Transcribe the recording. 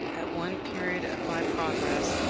at one period of my progress,